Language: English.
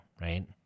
right